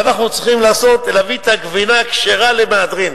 ואנחנו צריכים להביא את הגבינה כשרה למהדרין,